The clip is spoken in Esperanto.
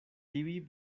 tiuj